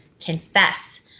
confess